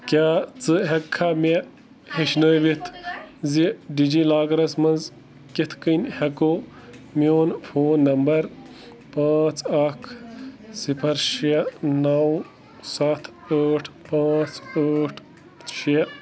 کیٛاہ ژٕ ہیٚکہِ کھا مےٚ ہیٚچھناوتھ ز ڈی جی لاکرَس منٛز کِتھ کٔنۍ ہیٚکو میٛون فون نمبر پانٛژھ اکھ صفر شےٚ نَو ستھ ٲٹھ پانٛژھ ٲٹھ شےٚ